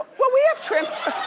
well we have transport.